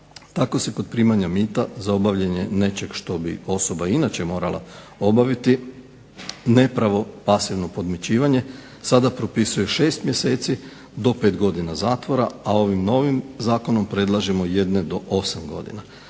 Tako se kod primanja mita za obavljanje nečeg što bi osoba inače morala obaviti nepravo pasivno podmićivanje sada propisuje 6 mjeseci do 5 godina zatvora, a ovim novim zakonom predlažemo jedne do 8 godina.